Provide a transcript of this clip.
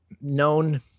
known